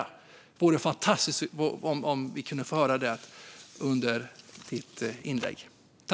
Det vore fantastiskt om vi kunde få höra det.